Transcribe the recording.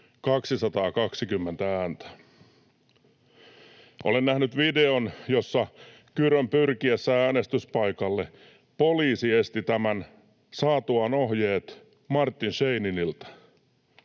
220 ääntä. Olen nähnyt videon, jossa Kyrön pyrkiessä äänestyspaikalle poliisi esti tämän saatuaan ohjeet Martin Scheininilta.